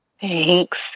Thanks